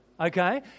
okay